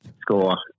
score